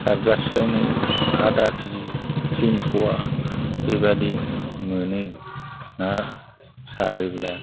सारगासेयावनो आदा किजि थिनफ'वा बेबादि मोनो ना सारोब्ला